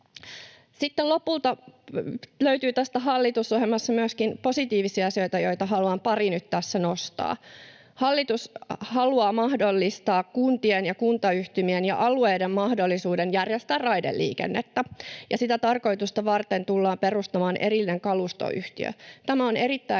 Sitten lopulta löytyy tästä hallitusohjelmassa myöskin positiivisia asioita, joita haluan pari nyt tässä nostaa: Hallitus haluaa mahdollistaa kuntien ja kuntayhtymien ja alueiden mahdollisuuden järjestää raideliikennettä, ja sitä tarkoitusta varten tullaan perustamaan erillinen kalustoyhtiö. Tämä on erittäin